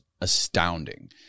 astounding